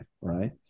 right